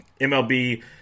MLB